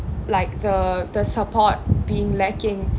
like the the support being lacking